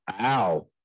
Ow